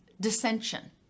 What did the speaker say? dissension